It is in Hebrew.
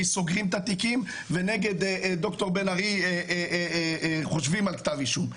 סוגרים את התיקים ונגד ד"ר בן ארי חושבים על כתב אישום.